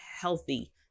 healthy